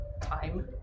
time